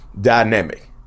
dynamic